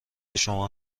شما